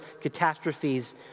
catastrophes